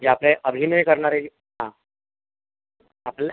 हे आपले अभिनय करणारे आ आपल्या